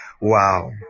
Wow